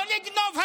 לא לגנוב הצבעה.